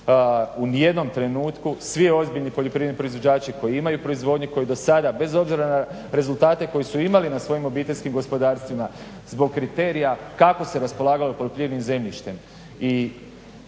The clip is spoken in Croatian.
U ni jednom trenutku svi ozbiljni poljoprivredni proizvođači koji imaju proizvodnju koji do sada bez obzira na rezultate koje su imali na svojim obiteljskim gospodarstvima zbog kriterija kako se raspolagalo poljoprivrednim zemljištem i